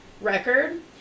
record